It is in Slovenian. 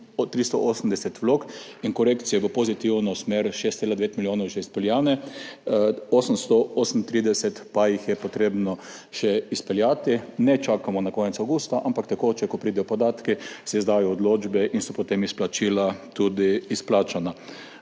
izpeljane korekcije v pozitivno smer, 6,9 milijona, 838 pa jih je še treba izpeljati. Ne čakamo na konec avgusta, ampak tekoče, ko pridejo podatki, se izdajo odločbe in so potem izplačila tudi izplačana.